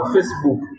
Facebook